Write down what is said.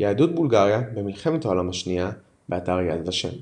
יהדות בולגריה במלחמת העולם השנייה, באתר יד ושם